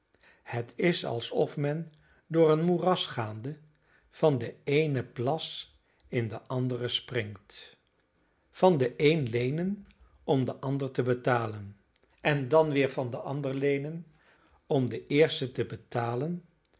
het is alsof men door een moeras gaande van den eenen plas in den anderen springt van den een leenen om den ander te betalen en dan weer van den ander leenen om den eerste te betalen